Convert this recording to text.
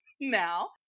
now